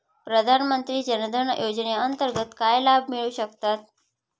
प्रधानमंत्री जनधन योजनेअंतर्गत काय लाभ मिळू शकतात?